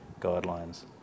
guidelines